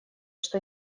что